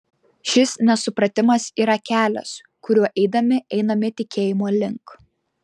šis nesupratimas yra kelias kuriuo eidami einame tikėjimo link